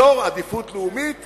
אזור עדיפות לאומית